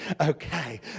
okay